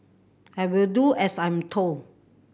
I will do as I'm told